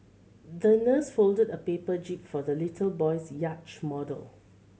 the nurse folded a paper jib for the little boy's yacht model